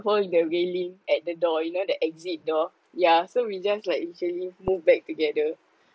hold the railing at the door you know the exit door yeah so we just like literally move back together